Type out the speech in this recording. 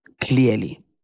clearly